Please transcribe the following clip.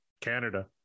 Canada